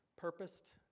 purposed